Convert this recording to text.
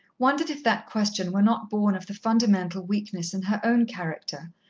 wondered if that question were not born of the fundamental weakness in her own character,